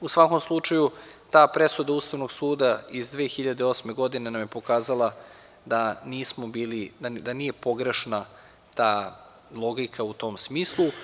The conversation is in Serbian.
U svakom slučaju, ta presuda Ustavnog suda iz 2008. godine nam je pokazala da nije pogrešna ta logika u tom smislu.